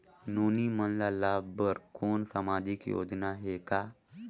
नोनी मन ल लाभ बर कोनो सामाजिक योजना हे का?